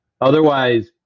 otherwise